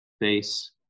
face